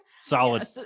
solid